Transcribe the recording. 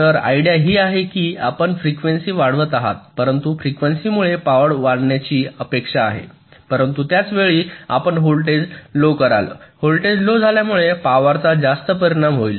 तर आयडिया ही आहे की आपण फ्रिक्वेन्सी वाढवित आहात परंतु फ्रिक्वेन्सीमुळे पॉवर वाढण्याची अपेक्षा आहे परंतु त्याच वेळी आपण व्होल्टेज लो कराल व्होल्टेज लो झाल्यामुळे पॉवरचा जास्त परिणाम होईल